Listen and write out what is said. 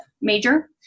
major